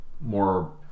more